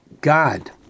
God